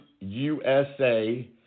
USA